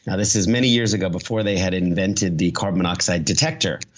yeah this is many years ago before they had invited the carbon monoxide detector.